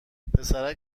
پسرک